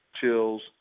Chills